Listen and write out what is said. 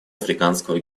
африканского